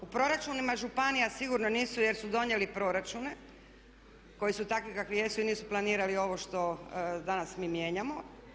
U proračunima županija sigurno nisu jer su donijeli proračune koji su takvi kakvi jesu i nisu planirali ovo što danas mi mijenjamo.